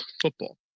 football